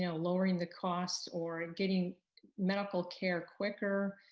you know lowering the cost or getting medical care quicker,